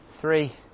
three